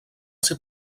ser